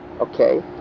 okay